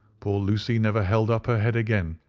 poor lucy never held up her head again,